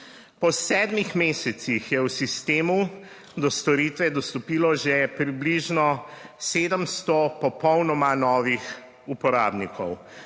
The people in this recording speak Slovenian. Po sedmih mesecih je v sistemu do storitve dostopilo že približno 700 popolnoma novih uporabnikov,